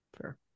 fair